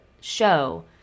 show